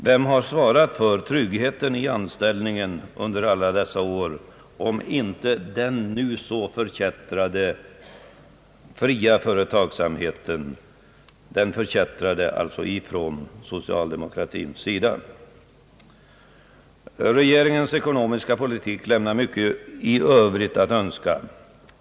Vem har svarat för tryggheten i anställningen under alla dessa år, om inte den nu så förkättrade fria företagsamheten av socialdemokratin förkättrade. Regeringens ekonomiska politik lämnar mycket i övrigt att önska.